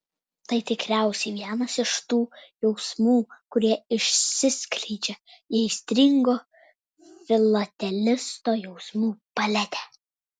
tai tikriausiai vienas iš tų jausmų kurie išsiskleidžia į aistringo filatelisto jausmų paletę